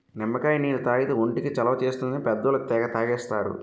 నిమ్మకాయ నీళ్లు తాగితే ఒంటికి చలవ చేస్తుందని పెద్దోళ్ళు తెగ తాగేస్తారు